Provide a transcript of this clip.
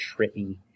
trippy